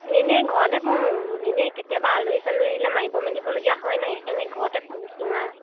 এনেই ঘৰতে পোহোঁ এনেই কেতিয়াবা আলহী চালহী আহিলে মাৰিব মেলিব লগীয়া হয় নাই সেইকাৰণে ঘৰতে পুহিছোঁ আৰু